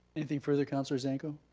anything further councilor zanko?